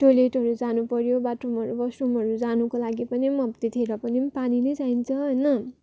टोइलेटहरू जानु पऱ्यो बाथरुमहरू वासरुमहरू जानुको लागि पनि अब त्यतिखेर पनि पानी नै चाहिन्छ होइन